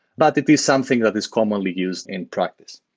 but it is something that is commonly used in practice.